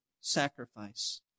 sacrifice